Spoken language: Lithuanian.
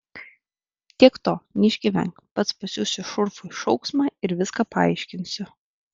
tiek to neišgyvenk pats pasiųsiu šurfui šauksmą ir viską paaiškinsiu